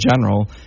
general